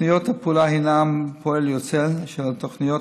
תוכניות הפעולה הינן פועל יוצא של התוכניות